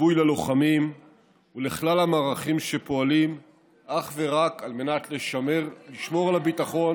גיבוי ללוחמים ולכלל המערכים שפועלים אך ורק על מנת לשמור על הביטחון